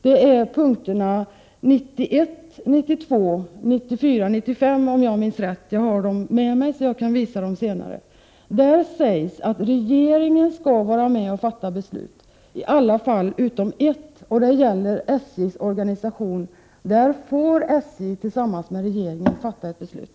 Det gäller punkterna 91, 92, 94 och 95, om jag minns rätt. Jag har dem med mig så jag kan visa dem senare. Det sägs där att regeringen skall vara med och fatta beslut i alla fall utom ett. Det gäller SJ:s organisation. I den frågan får SJ tillsammans med regeringen fatta beslut.